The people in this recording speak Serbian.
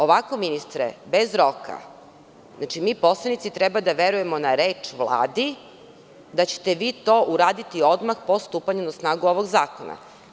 Ovako, ministre, bez roka, mi poslanici treba da verujem na reč Vladi da ćete vi to uraditi odmah po stupanju na snagu ovog zakona.